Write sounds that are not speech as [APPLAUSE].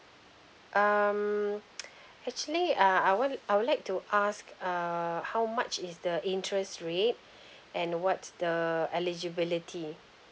um [NOISE] actually uh I would I would like to ask uh how much is the interest rate and what's the eligibility